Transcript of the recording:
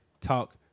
talk